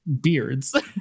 beards